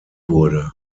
wurde